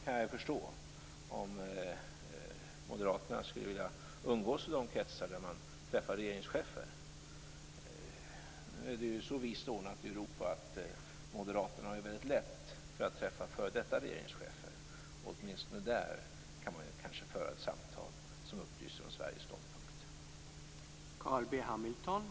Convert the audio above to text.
Jag kan förstå om Moderaterna skulle vilja umgås i de kretsar där man träffar regeringschefer. Nu är det ju så vist ordnat i Europa att Moderaterna har väldigt lätt att träffa f.d. regeringschefer, och åtminstone där kan man kanske föra ett samtal som upplyser om